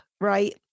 right